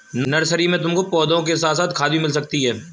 nursery में तुमको पौधों के साथ साथ खाद भी मिल सकती है